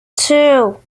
two